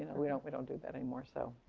we don't we don't do that anymore, so.